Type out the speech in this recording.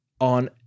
On